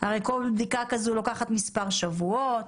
הרי כל בדיקה כזאת לוקחת מספר שבועות,